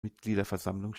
mitgliederversammlung